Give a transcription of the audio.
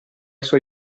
suoi